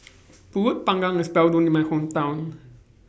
Pulut Panggang IS Bell known in My Hometown